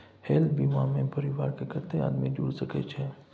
Health बीमा मे परिवार के कत्ते आदमी जुर सके छै?